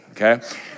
okay